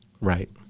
Right